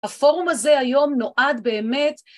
הפורום הזה היום נועד באמת